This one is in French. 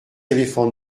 éléphants